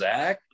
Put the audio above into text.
Zach